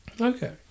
Okay